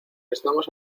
estamos